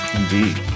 indeed